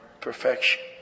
Perfection